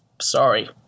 sorry